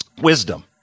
Wisdom